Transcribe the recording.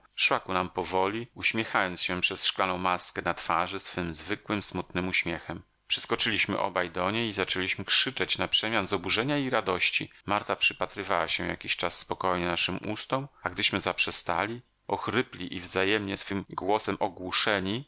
ku nam powoli uśmiechając się przez szklaną maskę na twarzy swym zwykłym smutnym uśmiechem przyskoczyliśmy obaj do niej i zaczęliśmy krzyczeć na przemian z oburzenia i radości marta przypatrywała się jakiś czas spokojnie naszym ustom a gdyśmy zaprzestali ochrypli i wzajemnie swym głosem ogłuszeni